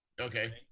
Okay